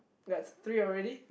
we got three already